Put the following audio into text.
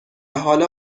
حالا